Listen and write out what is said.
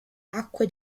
acque